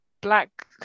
black